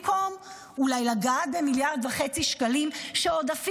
במקום אולי לגעת ב-1.5 מיליארד שקלים שאפילו